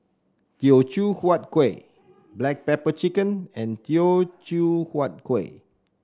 Teochew Huat Kueh Black Pepper Chicken and Teochew Huat Kueh